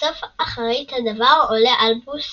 אחרית הדבר עולה אלבוס